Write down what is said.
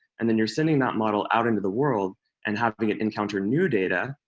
and then you're sending that model out into the world and having it encounter new data.